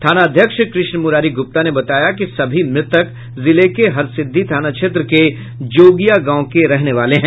थानाध्यक्ष कृष्ण मुरारी गुप्ता ने बताया कि सभी मृतक जिले के हरसिद्धि थाना क्षेत्र के जोगिया गांव के रहने वाले हैं